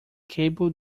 cable